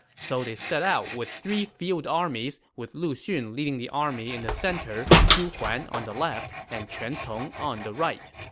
so they set out with three field armies, with lu xun leading the army in the center, zhu huan on the left, and quan cong on the right.